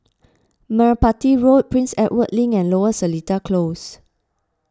Merpati Road Prince Edward Link and Lower Seletar Close